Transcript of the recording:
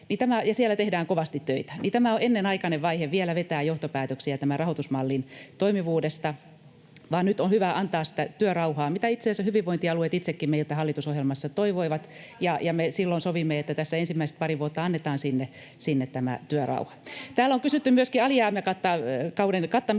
siellä tehdään kovasti töitä, niin tämä on ennenaikainen vaihe vielä vetää johtopäätöksiä tämän rahoitusmallin toimivuudesta, vaan nyt on hyvä antaa sitä työrauhaa, mitä itse asiassa hyvinvointialueet itsekin meiltä hallitusohjelmassa toivoivat, ja me silloin sovimme, että tässä ensimmäiset pari vuotta annetaan sinne tämä työrauha. [Annika Saarikon välihuuto] Täällä on kysytty myöskin alijäämäkauden kattamisesta